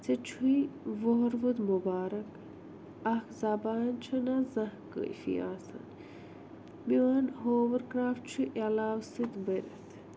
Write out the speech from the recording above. ژےٚ چھُے وُہُر وُد مُبارَک اَکھ زبان چھُنا زانٛہہ کٲفی آسان میون ہووُر کرٛاف چھُ علاو سۭتۍ بٔرِتھ